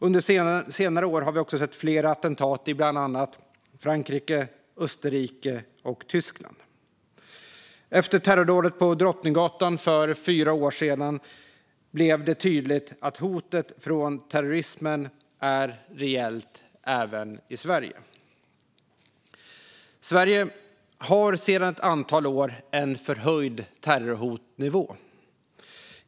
Under senare år har vi också sett flera attentat i bland annat i Frankrike, Österrike och Tyskland. Efter terrordådet på Drottninggatan för fyra år sedan blev det tydligt att hotet från terrorismen är reellt även i Sverige. Sverige har sedan ett antal år en förhöjd terrorhotnivå.